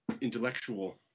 intellectual